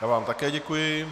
Já vám také děkuji.